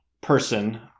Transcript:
person